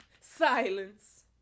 Silence